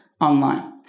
online